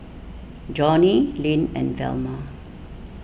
Johnnie Lynne and Velma